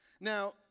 Now